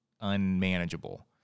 unmanageable